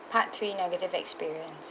part three negative experience